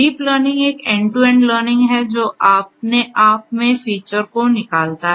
deep learning एक end to end learning है जो अपने आप में फीचर्स को निकालता है